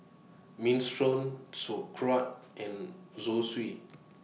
Minestrone Sauerkraut and Zosui